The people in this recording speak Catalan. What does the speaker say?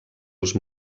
els